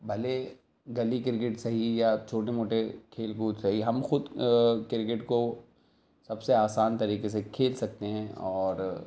بھلے گلی کرکٹ سہی یا چھوٹے موٹے کھیل کود سہی ہم خود کرکٹ کو سب سے آسان طریقے سے کھیل سکتے ہیں اور